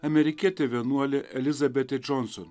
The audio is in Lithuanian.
amerikietė vienuolė elizabetė džonson